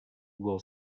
will